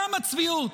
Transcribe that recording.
כמה צביעות?